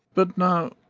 but now,